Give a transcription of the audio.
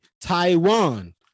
Taiwan